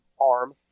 arm